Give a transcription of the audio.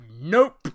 Nope